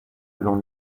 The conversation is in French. l’on